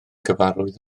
gyfarwydd